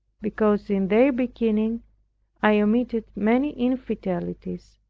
because in their beginning i omitted many infidelities,